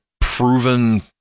proven